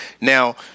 Now